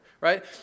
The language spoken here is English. right